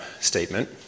statement